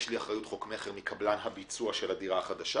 יש לי אחריות חוק מכר מקבלן הביצוע של הדירה החדשה,